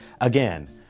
again